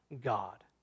God